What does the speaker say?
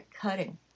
cutting